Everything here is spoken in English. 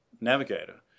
navigator